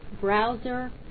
browser